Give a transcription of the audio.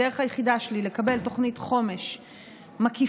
הדרך היחידה שלי לקבל תוכנית חומש מקיפה,